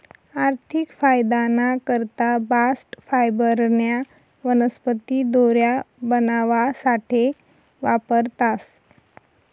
आर्थिक फायदाना करता बास्ट फायबरन्या वनस्पती दोऱ्या बनावासाठे वापरतास